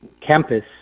campus